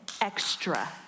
extra